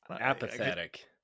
Apathetic